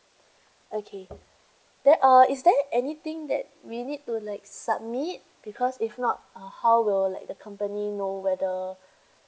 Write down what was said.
okay then uh is there anything that we need to like submit because if not uh how will like the company know whether